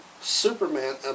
Superman